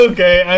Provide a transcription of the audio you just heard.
Okay